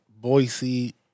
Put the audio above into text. Boise